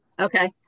Okay